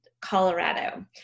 Colorado